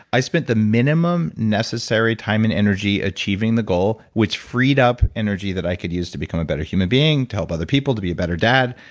i spent the minimum necessary time and energy achieving the goal, which freed up energy that i could use to become a better human being, to help other people, to be a better dad.